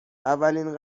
اولین